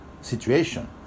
situation